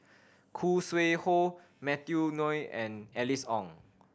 Khoo Sui Hoe Matthew Ngui and Alice Ong